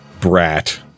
brat